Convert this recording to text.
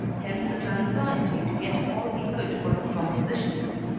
hence his anxiety to get all he could for his compositions.